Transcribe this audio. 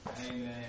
Amen